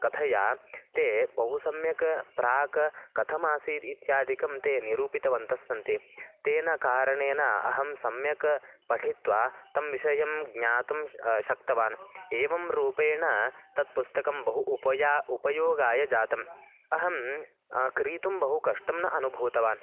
कथया ते बहु सम्यक् प्राक् कथमासीत् इत्यादिकं ते निरूपितवन्तः सन्ति तेन कारणेन अहं सम्यक् पठित्वा तं विषयं ज्ञातुं शक्तवान् एवं रूपेण तत् पुस्तकं बहु उपयोगः उपयोगाय जातम् अहं क्रेतुं बहु कष्टं न अनुभूतवान्